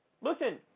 Listen